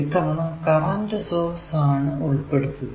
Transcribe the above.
ഇത്തവണ current source ആണ് ഉൾപ്പെടുത്തുക